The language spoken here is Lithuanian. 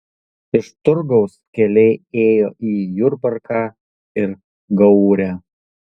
iš turgaus keliai ėjo į jurbarką ir gaurę